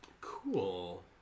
Cool